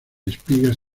espigas